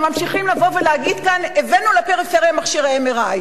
ממשיכים לבוא ולהגיד כאן: הבאנו לפריפריה מכשירי MRI?